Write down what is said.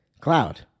Cloud